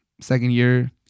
second-year